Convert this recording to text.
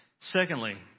Secondly